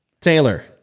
Taylor